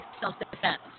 self-defense